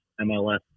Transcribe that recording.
MLS